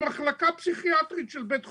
במחלקה פסיכיאטרית של בית חולים.